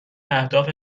اهداف